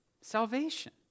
salvation